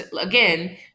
again